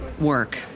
work